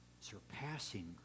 surpassing